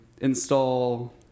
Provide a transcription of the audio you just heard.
install